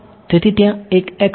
તેથી ત્યાં એક x છે